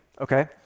okay